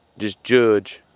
just judge.